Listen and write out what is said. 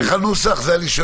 איך הנוסח, את זה אני שואל.